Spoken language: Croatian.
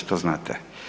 To znate?